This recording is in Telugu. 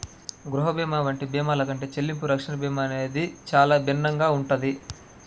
గృహ భీమా వంటి భీమాల కంటే చెల్లింపు రక్షణ భీమా అనేది చానా భిన్నంగా ఉంటది